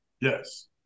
Yes